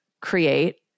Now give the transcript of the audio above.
create